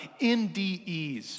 NDEs